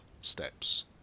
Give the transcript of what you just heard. Steps